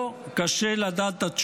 לא קשה לדעת את התשובות.